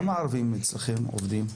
כמה ערבים עובדים אצלכם?